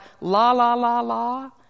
la-la-la-la